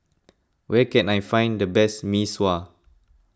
where can I find the best Mee Sua